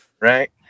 Right